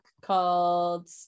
called